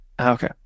Okay